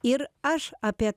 ir aš apie